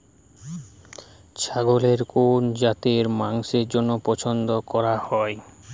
ছাগলের কোন জাতের মাংসের জন্য পছন্দ করা হয়?